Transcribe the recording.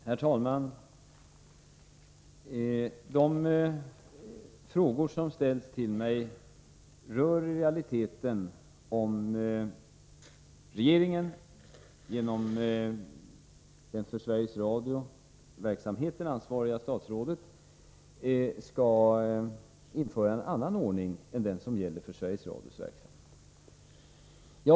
Herr talman! De frågor som ställts till mig rör i realiteten om regeringen genom det för Sveriges Radios verksamhet ansvariga statsrådet skall införa en annan ordning än den som gäller för Sveriges Radios verksamhet.